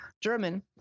German